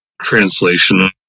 translation